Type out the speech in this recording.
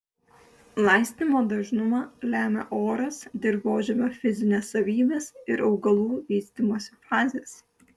laistymo dažnumą lemia oras dirvožemio fizinės savybės ir augalų vystymosi fazės